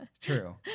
true